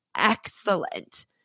excellent